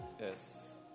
Yes